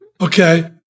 Okay